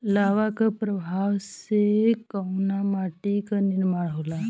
लावा क प्रवाह से कउना माटी क निर्माण होला?